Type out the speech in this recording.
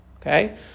okay